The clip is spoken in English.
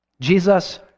Jesus